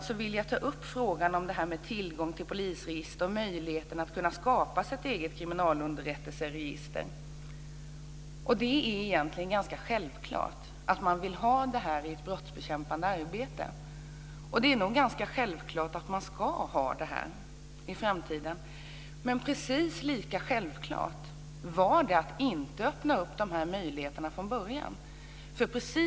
Jag vill ta upp frågan om tillgång till polisregister och möjligheten att skapa sig ett eget kriminalunderrättelseregister. Det är egentligen ganska självklart att man vill ha detta i ett brottsbekämpande arbete, och det är nog ganska självklart att man ska ha det i framtiden. Men precis lika självklart var det att inte öppna dessa möjligheter från början.